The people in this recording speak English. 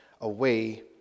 away